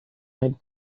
had